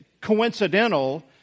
coincidental